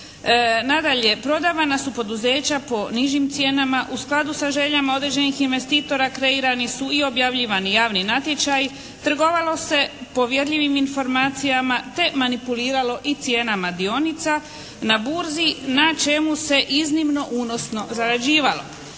Nadalje, prodavana su poduzeća po nižim cijenama u skladu sa željama određenih investitora. Kreirani su i objavljivani javni natječaji. Trgovalo se povjerljivim informacijama, te manipuliralo i cijenama dionica na burzi na čemu se iznimno unosno zarađivalo.